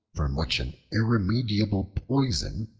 from which an irremediable poison,